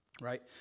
Right